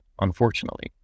unfortunately